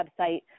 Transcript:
website